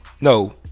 No